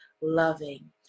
loving